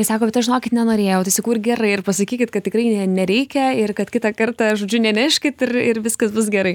jis sako bet aš žinokit nenorėjau tai sakau ir gerai ir pasakykit kad tikrai nereikia ir kad kitą kartą žodžiu neneškit ir ir viskas bus gerai